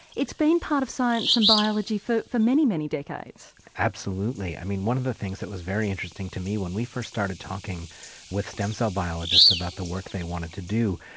been part of science and biology for for many, many decades. absolutely. i mean, one of the things that was very interesting to me when we first started talking with stem cell biologists about the work they wanted to do,